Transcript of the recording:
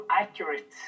accurate